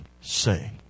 say